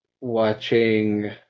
watching